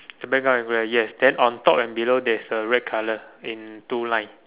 the background is grey yes then on top and below there's a red colour in two line